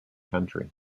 country